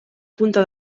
punta